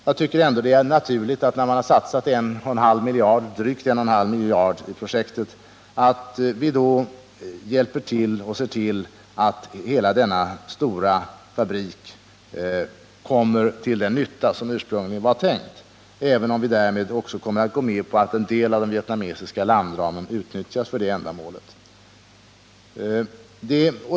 Jag tycker att det är naturligt att vi, när vi har satsat drygt 1,5 miljarder kronor i projektet, också hjälper till så att hela denna stora fabrik kommer till den nytta som ursprungligen var tänkt, även om vi därmed kommer att gå med på att en del av den vietnamesiska landramen utnyttjas för det ändamålet.